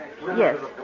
Yes